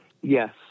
Yes